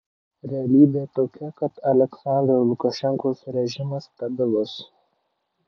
realybė tokia kad aliaksandro lukašenkos režimas stabilus